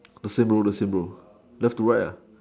just say blue just say blue left to right ah